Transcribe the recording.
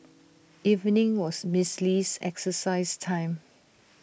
evening was miss Lee's exercise time